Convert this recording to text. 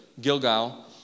Gilgal